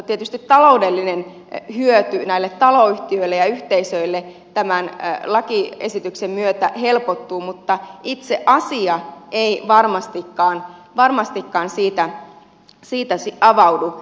tietysti taloudellinen hyöty näille taloyhtiöille ja yhteisöille tämän lakiesityksen myötä helpottuu mutta itse asia ei varmastikaan siitä avaudu